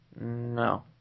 No